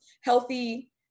healthy